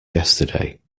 yesterday